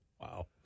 Wow